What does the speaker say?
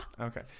okay